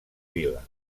vila